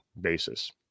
basis